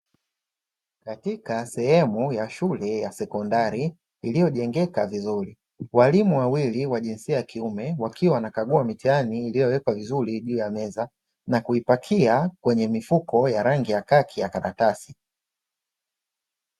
Katika sehemu ya shule ya sekondari, iliyojengeka vizuri, walimu wawili wa jinsia ya kiume wakiwa wanakagua mitihani iliyowekwa vizuri juu ya meza na kuipakia kwenye mifuko ya rangi ya khaki ya karatasi.